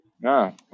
No